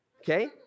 okay